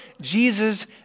Jesus